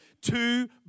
two